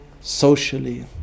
socially